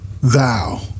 Thou